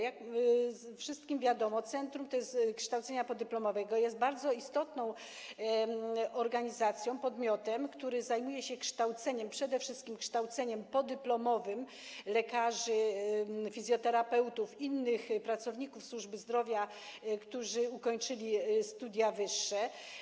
Jak wszystkim wiadomo, centrum kształcenia podyplomowego jest bardzo istotną organizacją, podmiotem, który zajmuje się kształceniem, przede wszystkim kształceniem podyplomowym, lekarzy, fizjoterapeutów, innych pracowników służby zdrowia, którzy ukończyli studia wyższe.